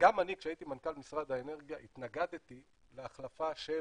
שגם אני כשהייתי מנכ"ל משרד האנרגיה התנגדתי להחלפה של